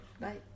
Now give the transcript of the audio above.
bye